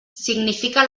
significa